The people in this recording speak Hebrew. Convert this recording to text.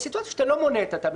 יש סיטואציות שלא מונים את הטעמים